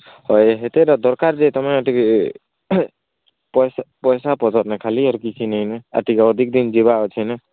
ହଏ ହେତେ ତ ଦରକାର୍ ଯେ ତମେ ଟିକେ ପଇସା ପଇସା ପତ୍ରନେ ଖାଲି ଆର୍ କିଛି ନେଇନେ ଆର୍ ଟିକେ ଅଧିକ୍ ଦିନ୍ ଯିବାର୍ ଅଛି ନେ